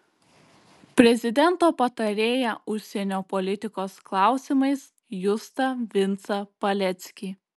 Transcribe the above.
prezidento patarėją užsienio politikos klausimais justą vincą paleckį